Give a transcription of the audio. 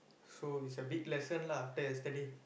so it's a big lesson lah after yesterday